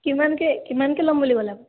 কিমানকৈ কিমানকৈ ল'ম বুলি ক'লে আপুনি